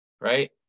Right